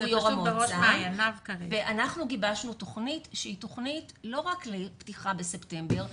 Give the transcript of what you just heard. אנחנו גיבשנו תכנית לא רק לפתיחה בספטמבר,